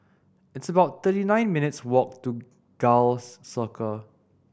it's about thirty nine minutes' walk to Gul Circle